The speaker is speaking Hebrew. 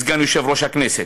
סגן יושב-ראש הכנסת,